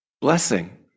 Blessing